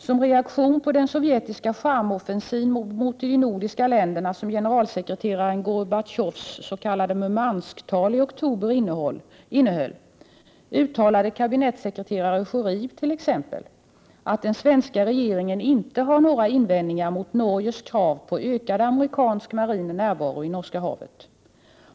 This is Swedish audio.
Som reaktion på den sovjetiska charmoffensiv mot de nordiska länderna som generalsekreteraren Gorbatjovs s.k. Murmansktal i oktober innehöll, uttalade kabinettssekreterare Schori t.ex. att den svenska regeringen inte har några invändningar mot Norges krav på ökad amerikansk marin närvaro i Norska havet.